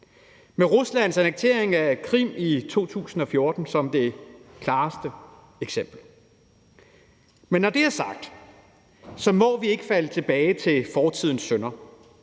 med Ruslands annektering af Krim i 2014 som det klareste eksempel. Men når det er sagt, må vi ikke falde tilbage til fortidens synder.